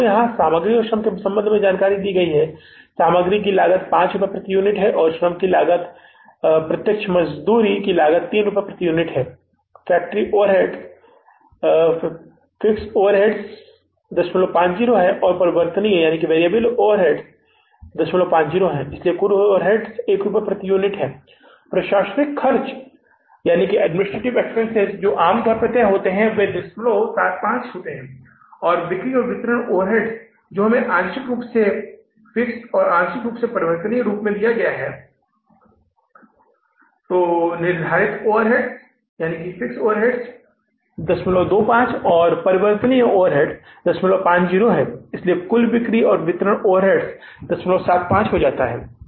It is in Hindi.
आपको यहां सामग्री और श्रम के संबंध में जानकारी दी गई है सामग्री की लागत 5 रुपये प्रति यूनिट है और श्रम लागत की प्रत्यक्ष मजदूरी लागत 3 रुपये प्रति यूनिट है फैक्टरी ओवरहेड हैं फिक्स्ड ओवरहेड 050 हैं और परिवर्तनीय ओवरहेड 050 हैं इसलिए कुल ओवरहेड्स 1 रुपये प्रति यूनिट हैं प्रशासनिक खर्च जो आम तौर पर तय होते हैं वे 075 होते हैं बिक्री और वितरण ओवरहेड्स हमें आंशिक रूप से तय और आंशिक रूप से परिवर्तनीय के रूप में दिए जाते हैं निर्धारित ओवरहेड्स 025 और परिवर्तनीय ओवरहेड 050 हैं इसलिए कुल बिक्री और वितरण ओवरहेड्स 075 हो जाता है